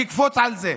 תקפוץ על זה.